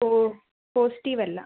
ഇപ്പോൾ പോസിറ്റീവ് അല്ല